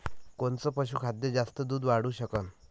कोनचं पशुखाद्य जास्त दुध वाढवू शकन?